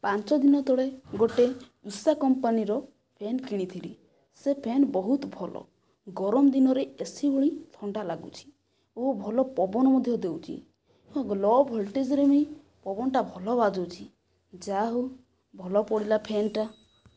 ପାଞ୍ଚ ଦିନ ତଳେ ଗୋଟିଏ ଉଷା କମ୍ପାନୀର ଫ୍ୟାନ କିଣିଥିଲି ସେ ଫ୍ୟାନ ବହୁତ ଭଲ ଗରମ ଦିନରେ ଏସି ଭଳି ଥଣ୍ଡା ଲାଗୁଛି ଓ ଭଲ ପବନ ମଧ୍ୟ ଦେଉଛି ଲୋ ଭୋଲ୍ଟେଜରେ ବି ପବନଟା ଭଲ ବାଜୁଛି ଯାହା ହେଉ ଭଲ ପଡ଼ିଲା ଫ୍ୟାନଟା